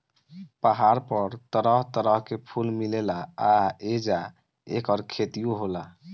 पहाड़ पर तरह तरह के फूल मिलेला आ ऐजा ऐकर खेतियो होला